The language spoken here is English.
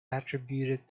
attributed